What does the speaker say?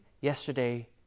yesterday